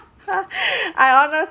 I honest~